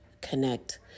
connect